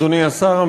אדוני השר,